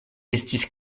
estis